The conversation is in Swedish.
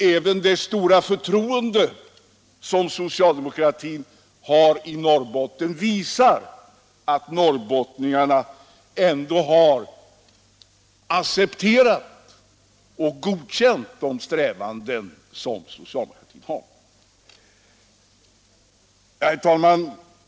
Det stora förtroende som socialdemokratin har i Norrbotten visar också att norrbottningarna har accepterat och godkänt socialdemokraternas strävanden. Herr talman!